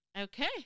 okay